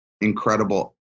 incredible